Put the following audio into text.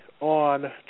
on